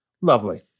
Lovely